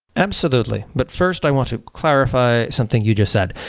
absolutely, but first i want to clarify something you just said,